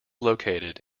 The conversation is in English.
located